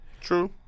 True